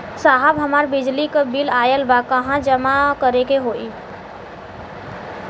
साहब हमार बिजली क बिल ऑयल बा कहाँ जमा करेके होइ?